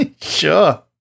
Sure